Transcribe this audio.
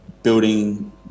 building